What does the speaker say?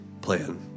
plan